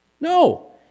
No